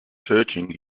searching